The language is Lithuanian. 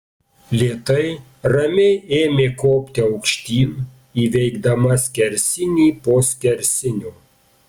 lėtai ramiai ėmė kopti aukštyn įveikdama skersinį po skersinio